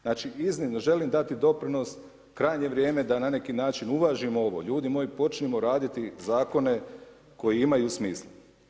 Znači iznimno želim dati doprinos, krajnje je vrijeme da na neki način uvažimo ovo, ljudi moji, počnimo raditi zakone koji imaju smisla.